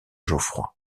geoffroy